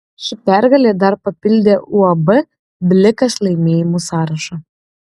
ši pergalė dar papildė uab blikas laimėjimų sąrašą